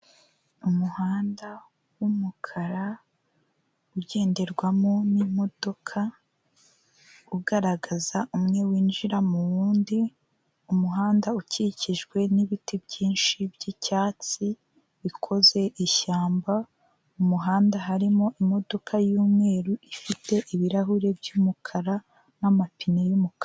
Umuhanda w'umukara ugenderwamo n'imodoka ugaragaza umwe winjira mu wundi, umuhanda ukikijwe n'ibiti byinshi by'icyatsi bikoze ishyamba, mu muhanda harimo imodoka y'umweru ifite ibirahure by'umukara n'amapine y'umukara.